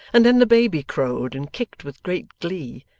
and then the baby crowed and kicked with great glee,